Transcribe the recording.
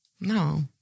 No